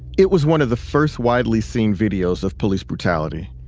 it was one of the first widely seen videos of police brutality,